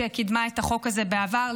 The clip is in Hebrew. שקידמה את החוק הזה בעבר,